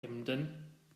emden